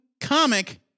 comic